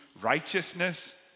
righteousness